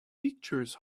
pictures